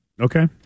Okay